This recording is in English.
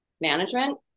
management